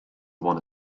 one